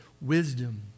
wisdom